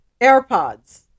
airpods